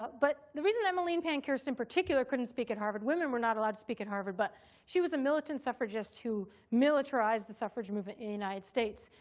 but the reason emmeline pankhurst in particular couldn't speak at harvard women were not allowed speak at harvard but she was a militant suffragist who militarized the suffrage movement in united states.